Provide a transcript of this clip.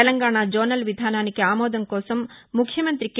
Telangana zonal విధానానికి ఆమోదం కోసం ముఖ్యమంత్రి కె